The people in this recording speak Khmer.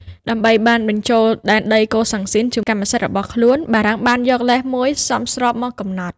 ដើម្បីបានបញ្ចូលដែនដីកូសាំងស៊ីនជាកម្មសិទ្ធិរបស់ខ្លួន បារាំងបានយកលេសមួយសមស្របមកកំណត់។